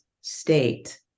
state